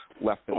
left